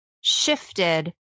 shifted